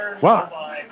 Wow